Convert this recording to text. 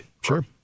sure